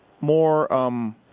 more